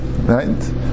right